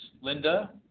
Linda